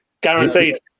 guaranteed